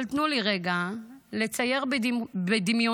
אבל תנו לי רגע לצייר בדמיונכם